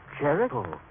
Jericho